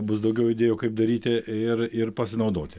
bus daugiau idėjų kaip daryti ir ir pasinaudoti